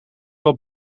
wat